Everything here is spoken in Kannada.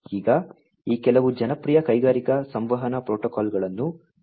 ಈಗ ಈ ಕೆಲವು ಜನಪ್ರಿಯ ಕೈಗಾರಿಕಾ ಸಂವಹನ ಪ್ರೋಟೋಕಾಲ್ಗಳನ್ನು ಬಳಸಲಾಗುತ್ತದೆ